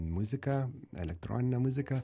muzika elektroninė muzika